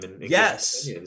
Yes